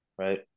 right